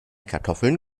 kartoffeln